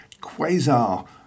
quasar